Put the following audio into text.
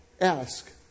ask